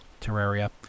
Terraria